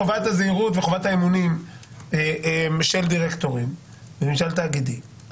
חובת הזהירות וחובת האמונים של דירקטורים בממשל תאגידי,